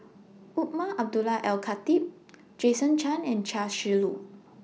Umar Abdullah Al Khatib Jason Chan and Chia Shi Lu